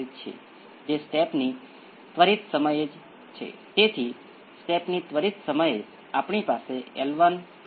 જો તમે આને બે પ્રથમ ઓર્ડર સિસ્ટમો તરીકે માનો છો અને મને પ્રથમ નેચરલ રિસ્પોન્સ પર વિચાર કરવા દો તો તે ઇનપુટ 0 છે